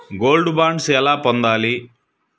Gold bond ఎలా పొందాలి?